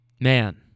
man